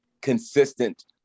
consistent